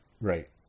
right